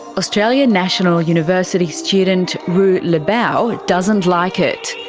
australia national university student wu lebao doesn't like it.